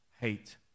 hate